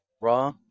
raw